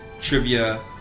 trivia